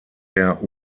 der